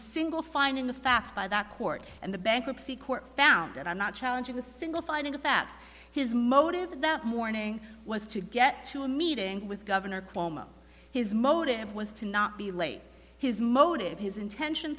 single finding the facts by that court and the bankruptcy court found i'm not challenging the single finding of fact his motive that morning was to get to a meeting with governor cuomo his motive was to not be late his motive his intention